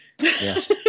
Yes